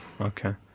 Okay